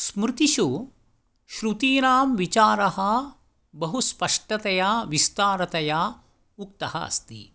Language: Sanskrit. स्मृतिषु श्रूतीनां विचारः बहु स्पष्टतया विस्तारतया उक्तः अस्ति